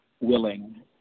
willing